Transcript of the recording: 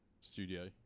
studio